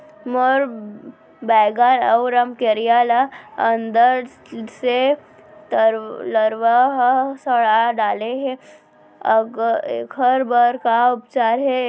मोर बैगन अऊ रमकेरिया ल अंदर से लरवा ह सड़ा डाले हे, एखर बर का उपचार हे?